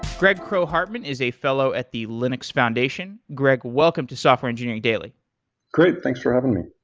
greg kroah-hartman is a fellow at the linux foundation. greg, welcome to software engineering daily great. thanks for having me.